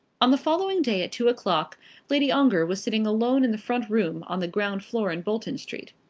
on the following day at two o'clock lady ongar was sitting alone in the front room on the ground-floor in bolton street.